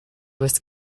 was